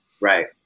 Right